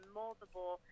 multiple